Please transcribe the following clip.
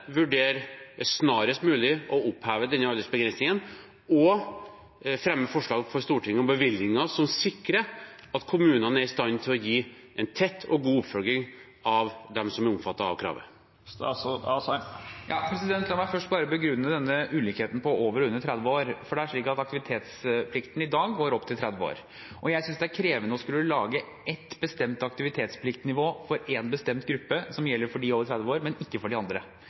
vurdere snarest mulig å oppheve denne aldersbegrensningen og fremme forslag for Stortinget om bevilgninger som sikrer at kommunene er i stand til å gi tett og god oppfølging av dem som er omfattet av kravet? La meg først begrunne denne ulikheten når det gjelder over og under 30 år. Det er slik at aktivitetsplikten i dag går opp til 30 år. Jeg synes det er krevende å skulle lage ett bestemt aktivitetspliktnivå for én bestemt gruppe – for dem under 30 år – men ikke for de andre.